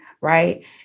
right